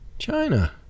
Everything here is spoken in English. China